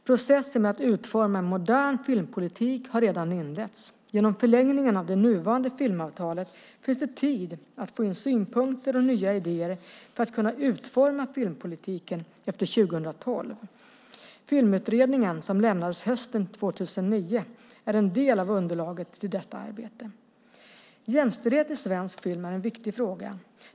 Processen med att utforma en modern filmpolitik har redan inletts. Genom förlängningen av det nuvarande filmavtalet finns det tid att få in synpunkter och nya idéer för att kunna utforma filmpolitiken efter 2012. Filmutredningen som lämnades hösten 2009 är en del av underlaget till detta arbete. Jämställdhet i svensk film är en viktig fråga.